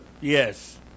yes